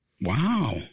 Wow